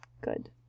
Good